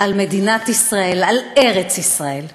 על מדינת ישראל, על ארץ-ישראל.